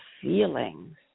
feelings